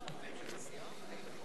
קבוצת סיעת חד"ש וקבוצת סיעת רע"ם-תע"ל